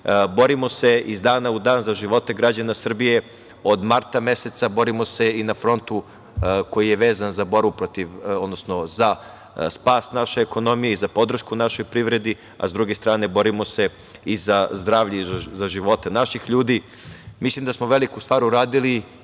Borimo se iz dana u dan za živote građana Srbije od marta meseca, borimo se i na frontu koji je vezan za borbu protiv, odnosno za spas naše ekonomije i za podršku našoj privredi, a sa druge strane borimo se i za zdravlje i za živote naših ljudi. Mislim da smo veliku stvar uradili